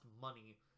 money